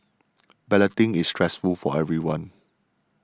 balloting is stressful for everyone